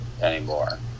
anymore